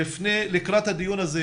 לקראת הדיון הזה